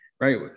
right